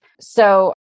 So-